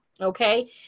okay